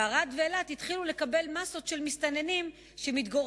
וערד ואילת התחילו לקבל מאסות של מסתננים שמתגוררים,